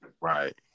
Right